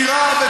את שיריו,